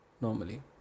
normally